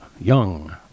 young